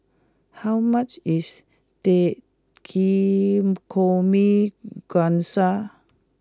how much is Takikomi Gohan